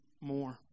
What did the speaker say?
more